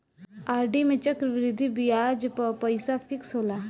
RD में चक्रवृद्धि बियाज पअ पईसा फिक्स होला